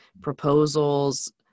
proposals